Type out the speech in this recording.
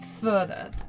further